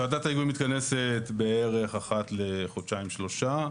ועדת ההיגוי מתכנסת בערך אחת לחודשיים-שלושה.